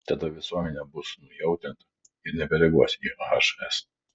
tada visuomenė bus nujautrinta ir nebereaguos į hs